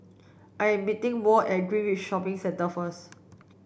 I am meeting Walt at Greenridge Shopping Centre first